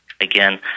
again